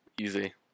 Easy